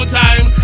time